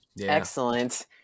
Excellent